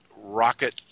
rocket